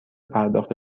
پرداخت